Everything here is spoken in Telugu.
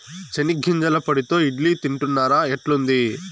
చెనిగ్గింజల పొడితో ఇడ్లీ తింటున్నారా, ఎట్లుంది